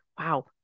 wow